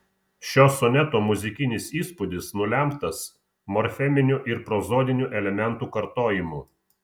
šio soneto muzikinis įspūdis nulemtas morfeminių ir prozodinių elementų kartojimu